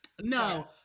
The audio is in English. no